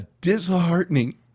disheartening